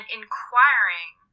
inquiring